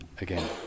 again